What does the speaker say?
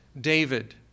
david